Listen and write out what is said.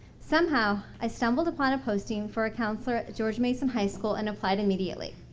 somehow i stumbled upon a posting for a counselor at george mason high school and applied immediately.